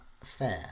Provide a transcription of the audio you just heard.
fair